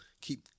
keep